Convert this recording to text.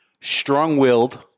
strong-willed